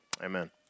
Amen